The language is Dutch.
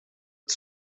het